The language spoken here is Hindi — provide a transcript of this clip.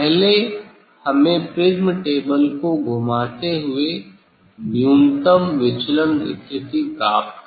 पहले हमें प्रिज़्म टेबल को घुमाते हुए न्यूनतम विचलन स्थिति प्राप्त करनी होगी